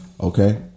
Okay